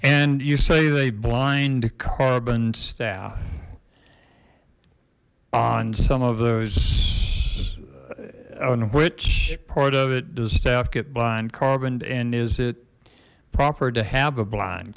and you say they blind carbon staff on some of those on which part of it the staff get blind carbon and is it proper to have a blind